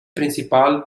principal